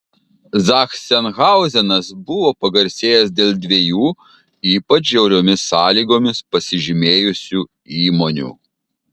zachsenhauzenas buvo pagarsėjęs dėl dviejų ypač žiauriomis sąlygomis pasižymėjusių įmonių